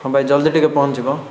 ହଁ ଭାଇ ଜଲ୍ଦି ଟିକିଏ ପହଞ୍ଚିଯିବ